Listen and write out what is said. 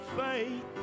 faith